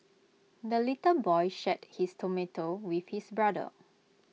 the little boy shared his tomato with his brother